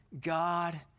God